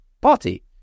party